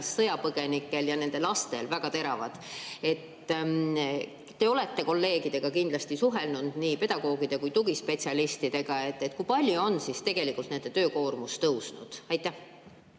sõjapõgenikel ja nende lastel väga teravad. Te olete kolleegidega kindlasti suhelnud, nii pedagoogide kui tugispetsialistidega: kui palju on tegelikult nende töökoormus tõusnud? Aitäh!